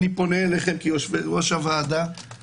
אני פונה אליכם כיושב-ראש הוועדות.